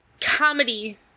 comedy